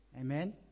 amen